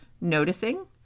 noticing